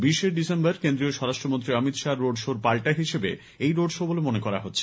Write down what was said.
বিশে ডিসেম্বর কেন্দ্রীয় স্বরাষ্ট্রমন্ত্রী অমিত শাহ র রোড শোর পাল্টা হিসাবে এই রোড শো বলে মনে করা হচ্ছে